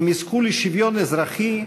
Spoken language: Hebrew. הם יזכו לשוויון אזרחי,